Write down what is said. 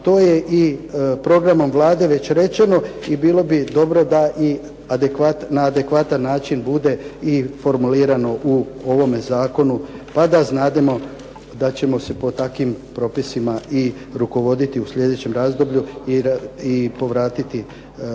to je i programom Vlade već rečeno i bilo bi dobro da i na adekvatan bude i formulirano u ovome zakonu, pa da znademo da ćemo se po takim propisima i rukovoditi u sljedećem razdoblju i povratiti razvoj